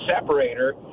separator